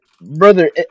Brother